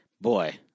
Boy